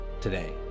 today